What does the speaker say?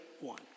one